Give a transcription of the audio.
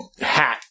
hat